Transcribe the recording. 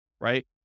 right